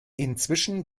inzwischen